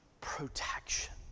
protection